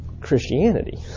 Christianity